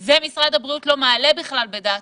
את זה משרד הבריאות בכלל לא מעלה בדעתו,